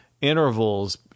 intervals